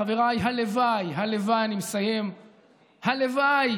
חבריי, הלוואי, הלוואי, אני מסיים, הלוואי